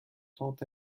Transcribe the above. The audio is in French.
tant